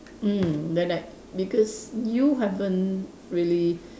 mm then I because you haven't really